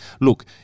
look